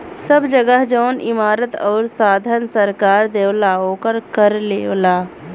सब जगह जौन इमारत आउर साधन सरकार देवला ओकर कर लेवला